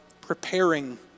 preparing